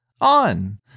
On